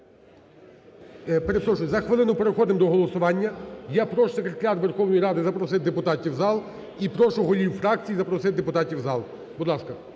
Перепрошую, за хвилину переходимо до голосування. Я прошу секретаріат Верховної Ради запросити депутатів в зал. І прошу голів фракцій запросити депутатів в зал. Будь ласка.